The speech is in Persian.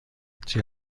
تیر